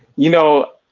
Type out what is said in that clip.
you know,